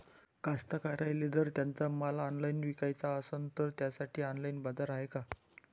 कास्तकाराइले जर त्यांचा माल ऑनलाइन इकाचा असन तर त्यासाठी ऑनलाइन बाजार हाय का?